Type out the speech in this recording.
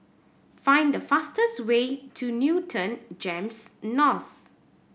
find the fastest way to Newton GEMS North